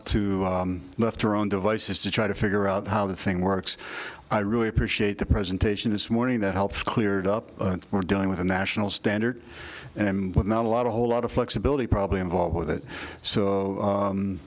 too left her own devices to try to figure out how the thing works i really appreciate the presentation this morning that helps cleared up we're dealing with a national standard and with not a lot of a whole lot of flexibility probably involved with it so